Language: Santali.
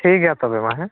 ᱴᱷᱤᱠ ᱜᱮᱭᱟ ᱛᱚᱵᱮ ᱢᱟ ᱦᱮᱸ